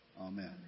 Amen